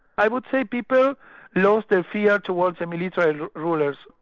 i would say people lost their fear towards the military rulers.